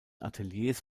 ateliers